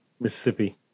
Mississippi